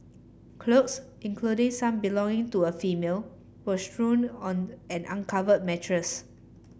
clothes including some belonging to a female were strewn on an uncovered mattress